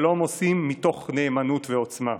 שלום עושים מתוך נאמנות ועוצמה.